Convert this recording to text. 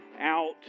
out